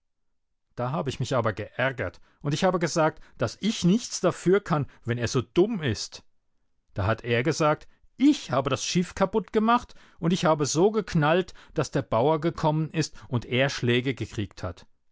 da habe ich mich aber geärgert und ich habe gesagt daß ich nichts dafür kann wenn er so dumm ist da hat er gesagt ich habe das schiff kaputtgemacht und ich habe so geknallt daß der bauer gekommen ist und er schläge gekriegt hat